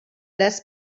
less